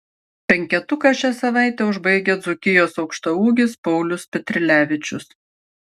penketuką šią savaitę užbaigia dzūkijos aukštaūgis paulius petrilevičius